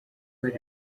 hari